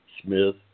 Smith